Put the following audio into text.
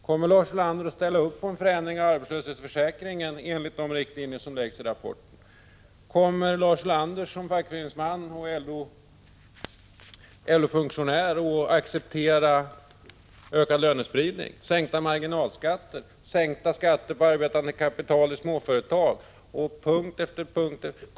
Kommer Lars Ulander att ställa upp på en förändring av arbetslöshetsförsäkringen enligt riktlinjerna i rapporten? Kommer Lars Ulander som fackföreningsman och LO-funktionär att acceptera ökad lönespridning, sänkta marginalskatter, sänkta skatter på arbetande kapital i småföretag och punkt efter punkt med andra åtgärder?